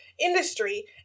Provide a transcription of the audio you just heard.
industry